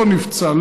לא נפצע,